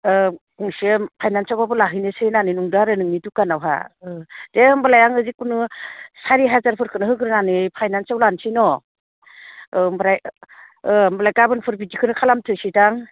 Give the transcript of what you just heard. गंसे फाइनान्सावबाबो लाहैनोसै होननानै नंदों आरो नोंनि दुखानावहा औ दे होनबालाय आङो जिखुनु सारि हाजारफोरखौनो होग्रोनानै फाइनान्साव लानोसै न' औ ओमफ्राय औ होनबालाय गाबोनफोर बिदिखौनो खालामथोंसै दां